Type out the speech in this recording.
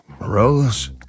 Rose